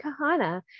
kahana